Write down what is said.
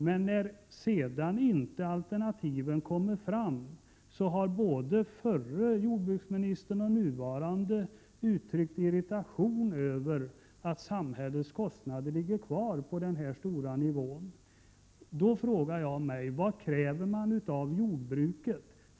Men när alternativen sedan inte kommer fram har både den förre jordbruksministern och den nuvarande uttryckt irritation över att samhällets kostnader ligger kvar på hög nivå. Då frågar jag mig: Vad kräver man av jordbruket?